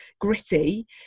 gritty